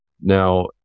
Now